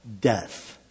death